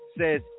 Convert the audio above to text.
says